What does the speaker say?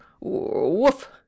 woof